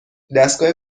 دستگاه